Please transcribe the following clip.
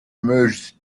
merged